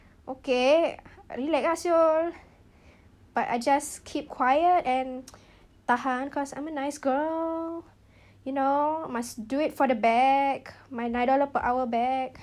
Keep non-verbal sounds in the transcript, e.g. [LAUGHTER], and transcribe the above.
okay rilek ah [siol] but I just keep quiet and [NOISE] tahan cause I'm a nice girl you know must do it for the back my nine dollar per hour back